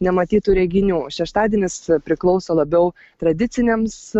nematytų reginių šeštadienis priklauso labiau tradiciniams